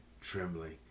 trembling